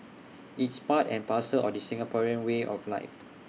it's part and parcel of the Singaporean way of life